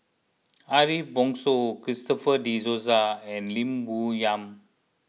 Ariff Bongso Christopher De Souza and Lim Bo Yam